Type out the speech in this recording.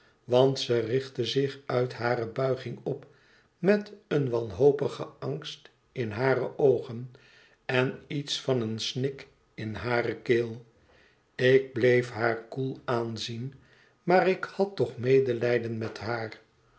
want ze richtte zich uit hare buiging op met een wanhopigen angst in hare oogen en iets van een snik in hare keel ik bleef haar koel aanzien maar ik had toch medelijden met haar